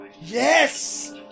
Yes